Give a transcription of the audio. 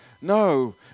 No